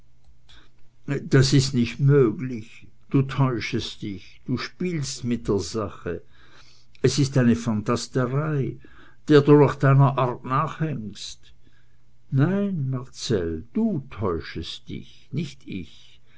das ist nicht möglich du täuschest dich du spielst mit der sache es ist eine phantasterei der du nach deiner art nachhängst nein marcell du täuschest dich nicht ich